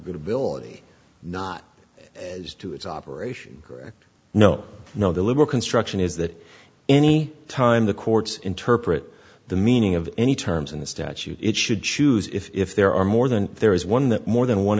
good ability not as to its operation no no the liberal construction is that any time the courts interpret the meaning of any terms in the statute it should choose if there are more than there is one that more than one